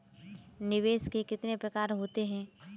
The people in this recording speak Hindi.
निवेश के कितने प्रकार होते हैं?